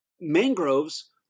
mangroves